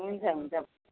हुन्छ हुन्छ